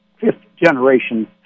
fifth-generation